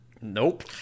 Nope